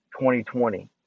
2020